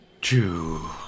Two